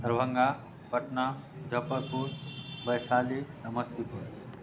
Darbhanga Patna Muzaffarpur Vaishali Samastipur